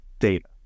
data